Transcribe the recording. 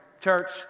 church